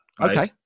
Okay